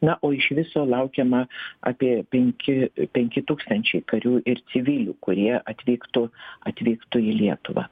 na o iš viso laukiama apie penki penki tūkstančiai karių ir civilių kurie atvyktų atvyktų į lietuvą